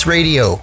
Radio